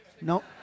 No